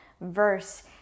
verse